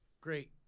great